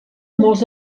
molts